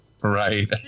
Right